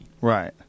Right